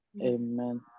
Amen